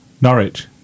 norwich